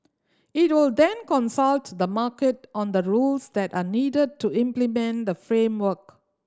it will then consult the market on the rules that are needed to implement the framework